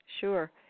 sure